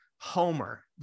Homer